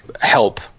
help